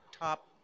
top